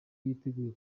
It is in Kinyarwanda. yiteguye